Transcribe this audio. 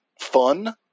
fun